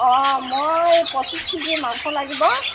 অঁ মই পঁচিছ কেজি মাংস লাগিব